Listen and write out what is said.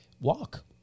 walk